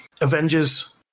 Avengers